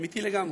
אמיתי לגמרי.